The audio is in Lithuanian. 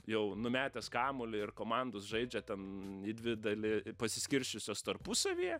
jau numetęs kamuolį ir komandos žaidžia ten į dvi dali pasiskirsčiusios tarpusavyje